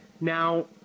Now